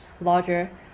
larger